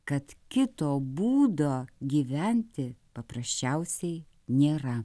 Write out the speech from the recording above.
kad kito būdo gyventi paprasčiausiai nėra